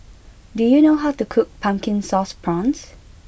do you know how to cook Pumpkin Sauce Prawns